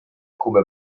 come